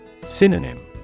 Synonym